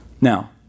Now